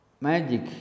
Magic